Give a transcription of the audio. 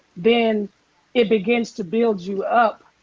then it begins to build you up,